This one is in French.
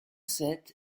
sept